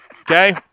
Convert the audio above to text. Okay